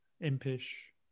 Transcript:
Impish